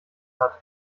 hat